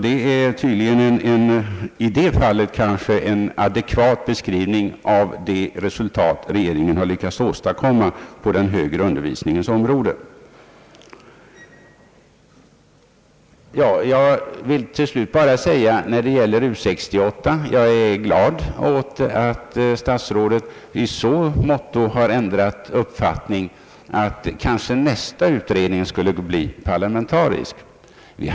Det är tydligen i det fallet en adekvat beskrivning av det resultat regeringen har lyckats åstadkomma på den högre undervisningens område. Beträffande U 68 vill jag till slut bara tillägga att jag är glad åt att statsrådet i så måtto har ändrat uppfattning att nästa utredning kanske blir parlamentarisk.